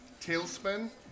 Tailspin